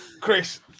Chris